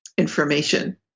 Information